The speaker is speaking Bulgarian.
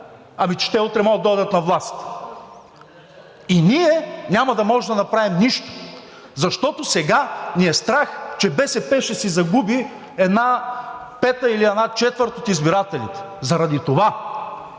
Ами че те утре могат да дойдат на власт и ние няма да можем да направим нищо, защото сега ни е страх, че БСП ще си загуби една пета или една четвърт от избирателите – заради това,